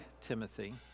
Timothy